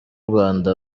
rwanda